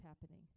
happening